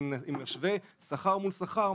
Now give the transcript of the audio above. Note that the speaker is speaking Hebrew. אם נשווה שכר מול שכר,